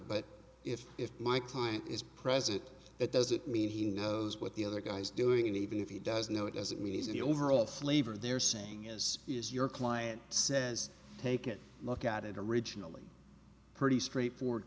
but if if my client is president it doesn't mean he knows what the other guy's doing even if he doesn't know it doesn't mean the overall flavor they're saying is is your client says take a look at it originally pretty straightforward